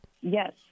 Yes